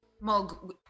Mog